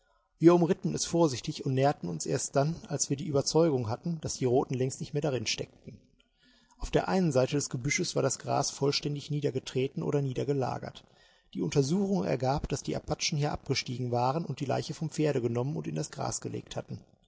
wir umritten es vorsichtig und näherten uns erst dann als wir die ueberzeugung hatten daß die roten längst nicht mehr darin steckten auf der einen seite des gebüsches war das gras vollständig niedergetreten oder niedergelagert die untersuchung ergab daß die apachen hier abgestiegen waren und die leiche vom pferde genommen und in das gras gelegt hatten